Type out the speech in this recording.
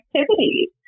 activities